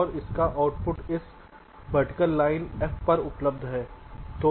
और इसका आउटपुट इस वर्टिकल लाइन F पर उपलब्ध है